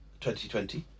2020